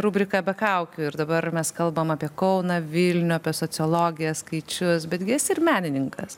rubrika be kaukių ir dabar mes kalbam apie kauną vilnių apie sociologiją skaičius betgi esi ir menininkas